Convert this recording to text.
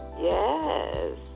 Yes